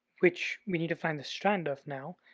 which we need to find the strand of now.